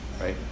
Right